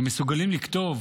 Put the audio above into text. ומסוגלים לכתוב